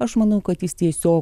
aš manau kad jis tiesiog